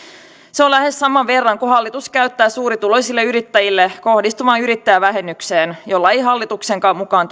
se on lähes saman verran kuin hallitus käyttää suurituloisille yrittäjille kohdistuvaan yrittäjävähennykseen jolla ei hallituksenkaan mukaan